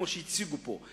כמו שהציגו פה,